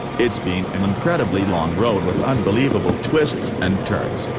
it's been an incredibly long road with unbelievable twists and turns,